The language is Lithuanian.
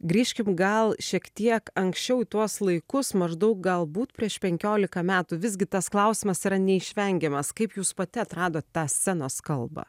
grįžkim gal šiek tiek anksčiau į tuos laikus maždaug galbūt prieš penkiolika metų visgi tas klausimas yra neišvengiamas kaip jūs pati atradot tą scenos kalbą